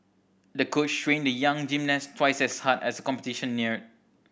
the coach trained the young gymnast twice as hard as competition neared